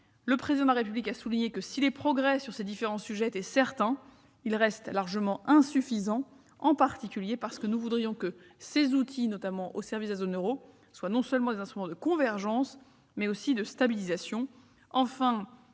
Le Président de la République a souligné que si les progrès sur ces différents sujets étaient certains, ils restent largement insuffisants, en particulier parce que nous voudrions que ces outils, au service notamment de la zone euro, soient non seulement des instruments de convergence, mais aussi de stabilisation.